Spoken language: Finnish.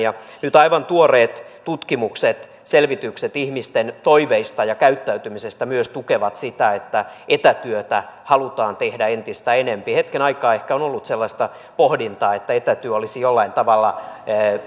nyt aivan tuoreet tutkimukset selvitykset ihmisten toiveista ja käyttäytymisestä myös tukevat sitä että etätyötä halutaan tehdä entistä enempi hetken aikaa ehkä on ollut sellaista pohdintaa että etätyö olisi jollain tavalla